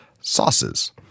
sauces